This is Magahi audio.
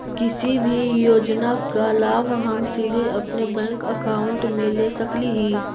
किसी भी योजना का लाभ हम सीधे अपने बैंक अकाउंट में ले सकली ही?